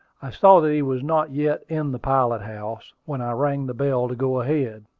i saw that he was not yet in the pilot-house, when i rang the bell to go ahead.